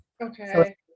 Okay